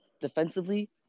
Defensively